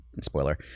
spoiler